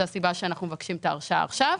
זו הסיבה שאנחנו מבקשים את ההרשאה עכשיו.